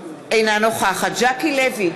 אינה נוכחת ז'קי לוי,